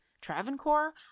Travancore